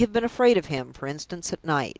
they have been afraid of him, for instance, at night.